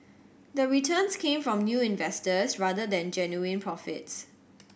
the returns came from new investors rather than genuine profits